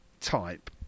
type